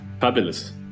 Fabulous